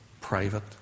private